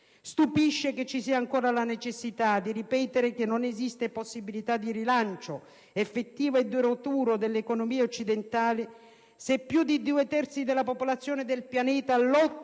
Stupisce che ci sia ancora la necessità di ripetere che non esiste possibilità di rilancio effettivo e duraturo delle economie occidentali se più di due terzi della popolazione del pianeta lottano